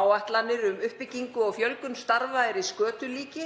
Áætlanir um uppbyggingu og fjölgun starfa eru í skötulíki